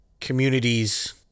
communities